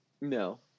no